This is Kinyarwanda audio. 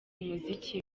umuziki